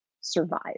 survive